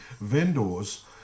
vendors